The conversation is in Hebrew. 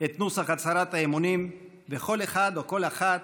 את נוסח הצהרת האמונים, וכל אחד, או כל אחת,